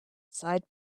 side